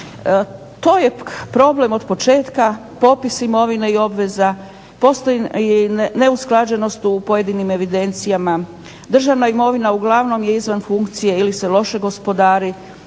To je problem od početka, popis imovine i obveza. Postoji neusklađenost u pojedinim evidencijama. Državna imovina uglavnom je izvan funkcije ili se loše gospodari,